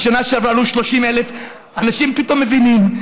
בשנה שעברה עלו 30,000. אנשים פתאום מבינים.